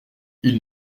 ils